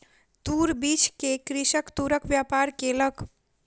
तूर बीछ के कृषक तूरक व्यापार केलक